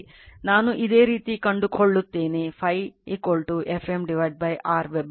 ನಾನು ಇದೇ ರೀತಿ ಕಂಡುಕೊಳ್ಳುತ್ತೇನೆ Φ F m R ವೆಬರ್